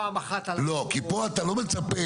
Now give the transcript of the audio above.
פעם אחת --- כי פה אתה לא מצפה,